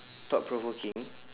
thought-provoking